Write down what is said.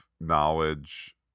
knowledge